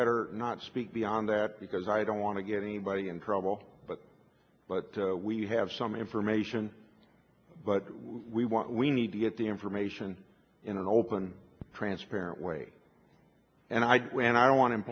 better not speak beyond that because i don't want to get anybody in trouble but but we have some information but we want we need to get the information in an open transparent way and i and i don't want